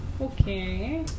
Okay